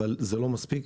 אבל זה לא מספיק.